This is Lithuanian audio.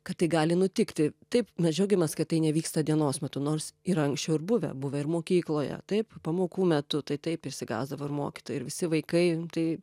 kad tai gali nutikti taip mes džiaugiamės kad tai nevyksta dienos metu nors yra anksčiau ir buvę buvę ir mokykloje taip pamokų metu tai taip išsigąsdavo ir mokytojai ir visi vaikai tai